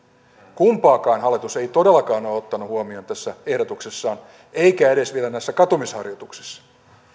kumpaakaan hallitus ei todellakaan ole ottanut huomioon tässä ehdotuksessaan eikä edes vielä näissä katumisharjoituksissa